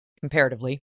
comparatively